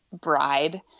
bride